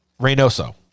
Reynoso